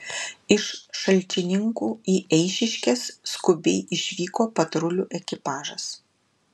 iš šalčininkų į eišiškes skubiai išvyko patrulių ekipažas